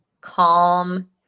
calm